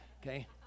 Okay